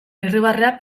irribarrea